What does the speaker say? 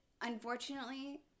unfortunately